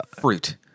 Fruit